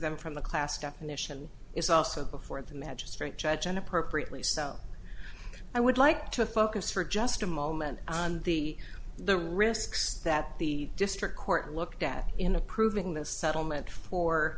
them from the class definition is also before the magistrate judge and appropriately so i would like to focus for just a moment on the the risks that the district court looked at in approving the settlement for